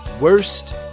Worst